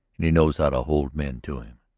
and he knows how to hold men to him.